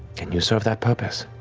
can you serve that purpose?